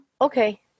Okay